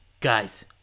guys